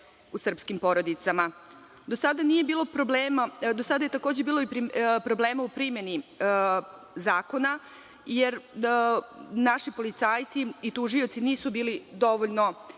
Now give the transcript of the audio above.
u srpskim porodicama. Do sada je, takođe, bilo problema u primeni zakona, jer naši policajci i tužioci nisu bili dovoljno